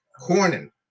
cornyn